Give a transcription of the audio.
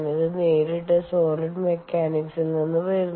ഇത് നേരിട്ട് സോളിഡ് മെക്കാനിക്സിൽ നിന്നാണ് വരുന്നത്